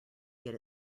get